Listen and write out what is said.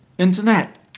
Internet